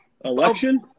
Election